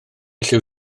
lliw